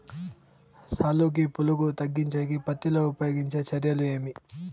సాలుకి పులుగు తగ్గించేకి పత్తి లో ఉపయోగించే చర్యలు ఏమి?